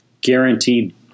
guaranteed